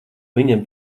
viņam